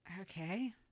Okay